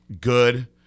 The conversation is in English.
good